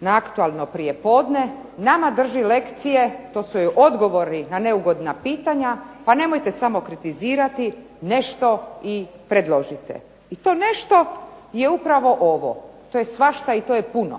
na aktualno prijepodne nama drži lekcije, to su joj odgovori, a ne ugodna pitanja, pa nemojte samo kritizirati nešto i predložite. I to nešto je upravo ovo. To je svašta i to je puno.